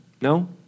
no